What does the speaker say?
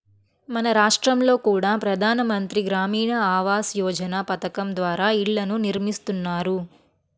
మన రాష్టంలో కూడా ప్రధాన మంత్రి గ్రామీణ ఆవాస్ యోజన పథకం ద్వారా ఇళ్ళను నిర్మిస్తున్నారు